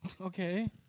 Okay